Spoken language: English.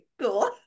cool